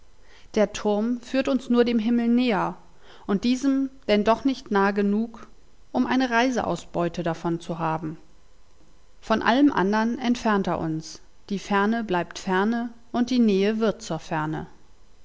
der turm führt uns nur dem himmel näher und diesem denn doch nicht nah genug um eine reiseausbeute davon zu haben von allem andern entfernt er uns die ferne bleibt ferne und die nähe wird zur ferne